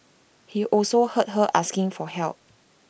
he also heard her asking for help